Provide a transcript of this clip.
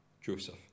Joseph